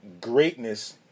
greatness